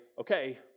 okay